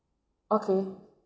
okay